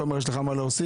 תומר, יש לך מה להוסיף?